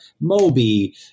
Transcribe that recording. Moby